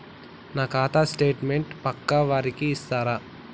నా ఖాతా స్టేట్మెంట్ పక్కా వారికి ఇస్తరా?